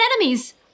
enemies